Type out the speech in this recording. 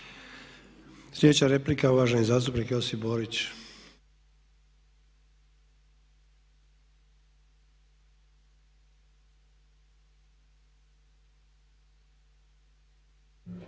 Sljedeća je replika uvaženi zastupnik Josip Borić.